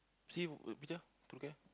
see the picture True Care